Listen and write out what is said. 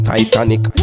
Titanic